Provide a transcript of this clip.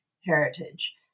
heritage